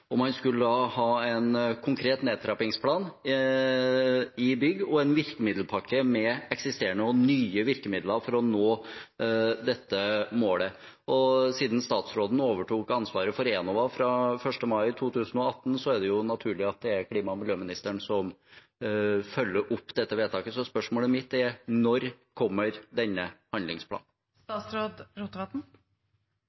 Man skulle da ha en konkret nedtrappingsplan i bygg og en virkemiddelpakke med eksisterende og nye virkemidler for å nå dette målet. Siden statsråden overtok ansvaret for Enova fra 1. mai 2018, er det naturlig at det er klima- og miljøministeren som følger opp dette vedtaket. Så spørsmålet mitt er: Når kommer denne